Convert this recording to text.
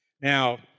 Now